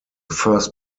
first